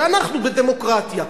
שאנחנו בדמוקרטיה.